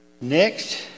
next